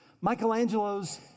Michelangelo's